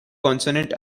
consonant